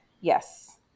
Yes